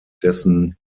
dessen